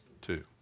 Two